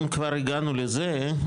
אם כבר הגענו לזה,